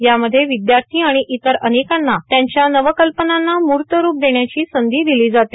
यामध्ये विद्यार्थी आणि इतर अनेकांना त्यांच्या नव कल्पनांना मुर्त रूप देण्याची संधी दिली जाते